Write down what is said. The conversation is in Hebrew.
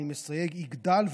יגדל,